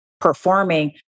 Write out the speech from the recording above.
performing